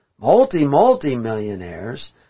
multi-multi-millionaires